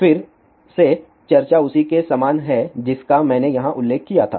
फिर से चर्चा उसी के समान है जिसका मैंने यहां उल्लेख किया था